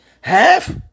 Half